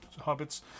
hobbits